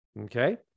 Okay